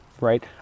right